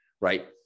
Right